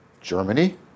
Germany